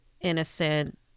innocent